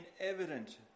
evident